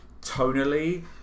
tonally